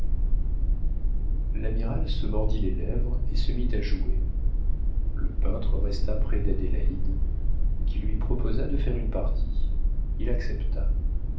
l'amiral se mordit les lèvres et se mit à jouer le peintre resta près d'adélaïde qui lui proposa de faire une partie il accepta